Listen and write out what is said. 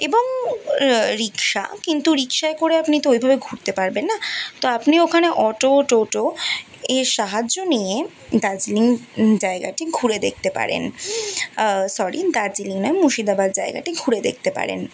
এবং রিকশা কিন্তু রিকশায় করে আপনি তো ওইভাবে ঘুরতে পারবেন না তো আপনি ওখানে অটো টোটো এর সাহায্য নিয়ে দার্জিলিং জায়গাটি ঘুরে দেখতে পারেন সরি দার্জিলিং না মুর্শিদাবাদ জায়গাটি ঘুরে দেখতে পারেন